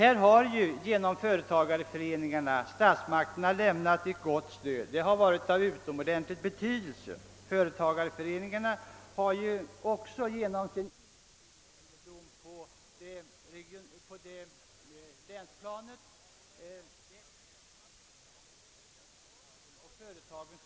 Genom företagareföreningarna har statsmakterna lämnat ett stöd av utomordentligt stor betydelse. Företagareföreningarna har också genom sin ingående kännedom på länsplanet kunnat inhämta information om de olika företagen och dessas förutsättningar.